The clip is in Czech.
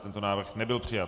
Tento návrh nebyl přijat.